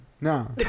No